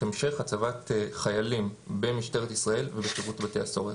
המשך הצבת חיילים במשטרת ישראל ובשירות בתי הסוהר.